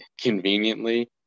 conveniently